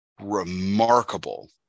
remarkable